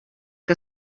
que